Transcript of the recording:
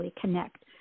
connect